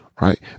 Right